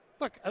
Look